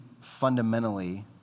fundamentally